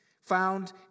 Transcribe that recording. found